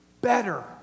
better